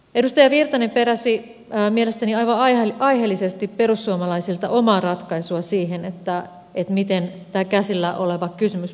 edustaja virtanen peräsi mielestäni aivan aiheellisesti perussuomalaisilta omaa ratkaisua siihen miten tämä käsillä oleva kysymys pitäisi ratkaista